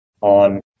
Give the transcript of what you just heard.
on